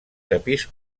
tapís